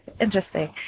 Interesting